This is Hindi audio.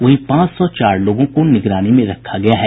वहीं पांच सौ चार लोगों को निगरानी में रखा गया है